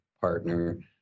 partner